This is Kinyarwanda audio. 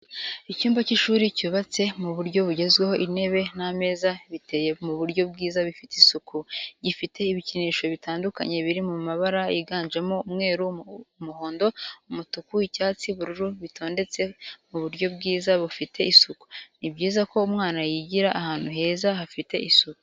Icyumba cy'ishuri cyubatse mu buryo bugezweho intebe n'ameza biteye mu buryo bwiza bifite isuku, gifite ibikinisho bitandukanye biri mabara yiganjemo umweru, umuhondo, umutuku, icyatsi, ubururu bitondetse mu buryo bwiza bufite isuku. Ni byiza ko umwana yigira ahantu heza hafite isuku.